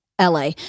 LA